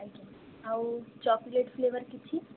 ଆଜ୍ଞା ଆଉ chocolate flavour କିଛି